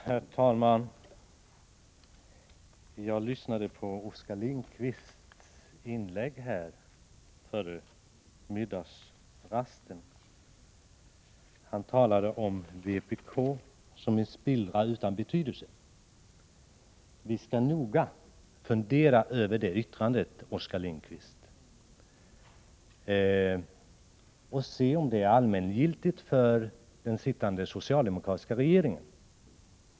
Herr talman! Jag lyssnade på Oskar Lindkvists inlägg före middagsrasten. Han talade om vpk som en spillra utan betydelse. Vi skall noga fundera över det yttrandet, Oskar Lindkvist, och se om det är allmängiltigt för den sittande socialdemokratiska regeringen.